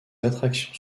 attractions